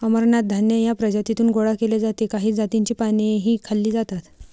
अमरनाथ धान्य या प्रजातीतून गोळा केले जाते काही जातींची पानेही खाल्ली जातात